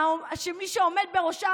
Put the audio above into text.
שמי שעומד בראשם,